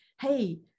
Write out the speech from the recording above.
hey